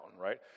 right